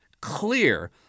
clear